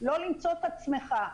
לא למצוא את עצמך,